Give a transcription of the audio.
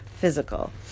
physical